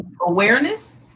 awareness